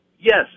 Yes